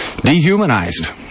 dehumanized